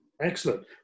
Excellent